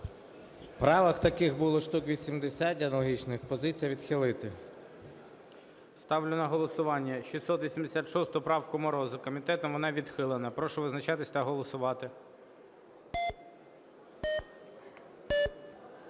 Правок таких було штук 80 аналогічних. Позиція – відхилити. ГОЛОВУЮЧИЙ. Ставлю на голосування 686 правку Мороза. Комітетом вона відхилена. Прошу визначатись та голосувати.